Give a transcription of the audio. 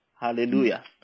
Hallelujah